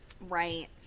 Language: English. Right